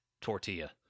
tortilla